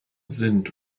sind